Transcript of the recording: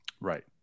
Right